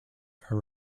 are